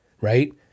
right